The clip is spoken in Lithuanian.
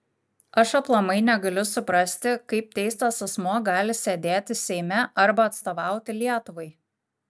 aš aplamai negaliu suprasti kaip teistas asmuo gali sėdėti seime arba atstovauti lietuvai